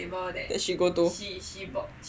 that she go to